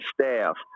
staff